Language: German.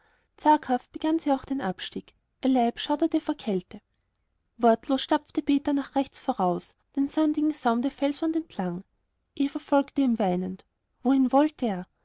zaghaft begann auch sie den abstieg ihr leib schauerte vor kälte wortlos stapfte peter nach rechts voraus den sandigen saum der felswand entlang eva folgte ihm weinend wohin wollte er